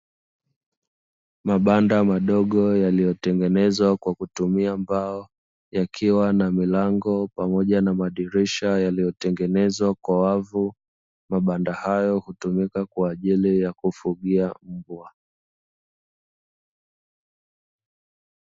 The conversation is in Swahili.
Mabanda madogo yaliyo tengenezwa kwa kutumia mbao yakiwa na milango pamoja na madirisha yaliyo tengenezwa kwa wavu, mabanda hayo hutumika kwa ajili ya kufugia mmbwa.